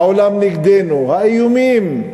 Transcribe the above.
העולם נגדנו, האיומים,